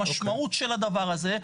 המשמעות של הדבר הזה,